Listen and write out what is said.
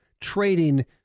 trading